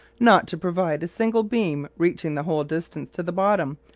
not to provide a single beam reaching the whole distance to the bottom,